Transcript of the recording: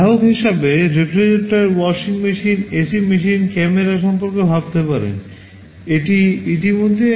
গ্রাহক হিসেবে refrigerator washing machine AC machine camera সম্পর্কে ভাবতে পারেন এটি ইতিমধ্যে আমরা কথা বলেছি